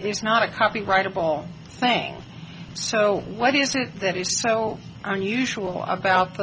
is not a copyrightable thing so what is it that is so unusual about